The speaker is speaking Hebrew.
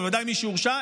אבל ודאי מי שהורשע,